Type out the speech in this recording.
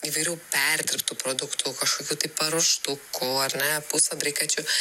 įvairių perdirbtų produktų kažkokių tai paruoštukų ar ne pusfabrikačių